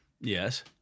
Yes